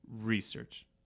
research